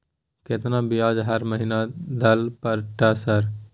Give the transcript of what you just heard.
केतना ब्याज हर महीना दल पर ट सर?